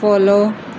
follow